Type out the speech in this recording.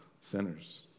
sinners